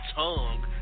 tongue